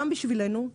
גם בשבילנו,